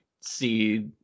see